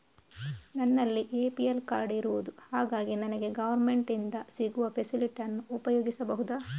ನನ್ನಲ್ಲಿ APL card ಇರುದು ಹಾಗಾಗಿ ನನಗೆ ಗವರ್ನಮೆಂಟ್ ಇಂದ ಸಿಗುವ ಫೆಸಿಲಿಟಿ ಅನ್ನು ಉಪಯೋಗಿಸಬಹುದಾ?